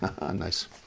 Nice